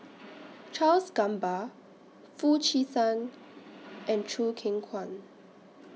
Charles Gamba Foo Chee San and Choo Keng Kwang